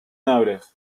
nodig